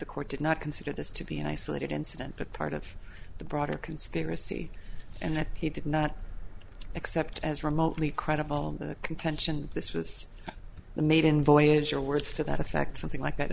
the court did not consider this to be an isolated incident but part of the broader conspiracy and that he did not accept as remotely credible the contention this was the maiden voyage or words to that effect something like that